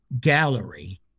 gallery